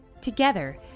Together